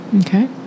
Okay